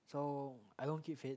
so I don't keep fit